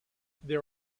there